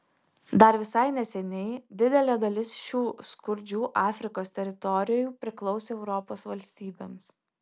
dar visai neseniai didelė dalis šių skurdžių afrikos teritorijų priklausė europos valstybėms